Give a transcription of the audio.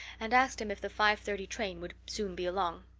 and asked him if the five-thirty train would soon be along.